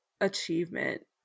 achievement